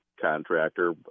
contractor